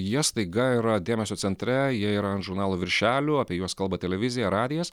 jie staiga yra dėmesio centre jie yra ant žurnalų viršelių apie juos kalba televizija radijas